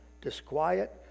disquiet